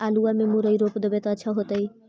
आलुआ में मुरई रोप देबई त अच्छा होतई?